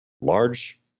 large